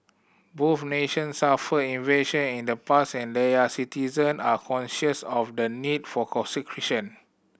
both nation suffered invasion in the past and their citizen are conscious of the need for conscription